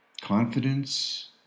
confidence